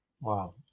Wow